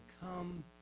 come